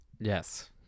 yes